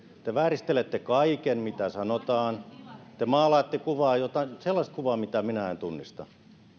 te vääristelette kaiken mitä sanotaan te maalaatte kuvaa sellaista kuvaa mitä minä en tunnista